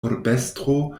urbestro